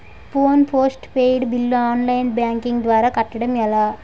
Phone postpaid bill online banking ద్వారా కట్టడం ఎలా?